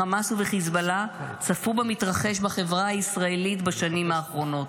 בחמאס ובחיזבאללה צפו במתרחש בחברה הישראלית בשנים האחרונות.